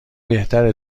بهتره